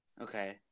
Okay